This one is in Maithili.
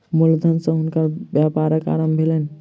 मूल धन सॅ हुनकर व्यापारक आरम्भ भेलैन